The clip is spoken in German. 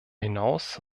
hinaus